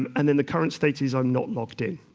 and and then the current state is i'm not logged in.